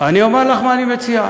אני אומר לך מה אני מציע.